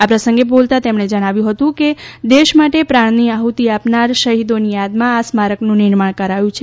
આ પ્રસંગે બોલતાં તેમણે જણાવ્યું હતં કે દેશ માટે પ્રાણની આહુતિ આપનાર શહિદોની યાદમાં આ સ્મારકનું નિર્માણ કરાયું છે